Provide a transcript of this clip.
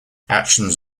actions